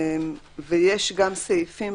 ויש גם סעיפים,